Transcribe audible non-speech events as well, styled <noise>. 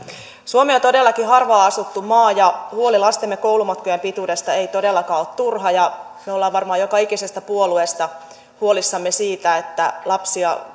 suomi on todellakin harvaan asuttu maa ja huoli lastemme koulumatkojen pituudesta ei todellakaan ole turha me olemme varmaan joka ikisessä puolueessa huolissamme siitä että lapsia <unintelligible>